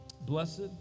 blessed